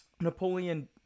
napoleon